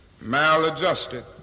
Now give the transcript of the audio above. Maladjusted